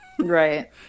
Right